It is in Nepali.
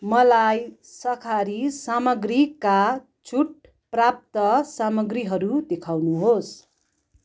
मलाई शाकाहारी सामग्रीका छुट प्राप्त सामग्रीहरू देखाउनुहोस्